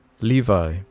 Levi